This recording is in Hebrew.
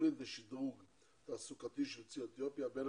התוכנית לשדרוג תעסוקתי של יוצאי אתיופיה בין